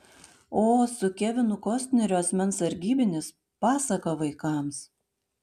o su kevinu kostneriu asmens sargybinis pasaka vaikams